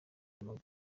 guma